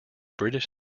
british